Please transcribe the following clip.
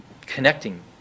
connecting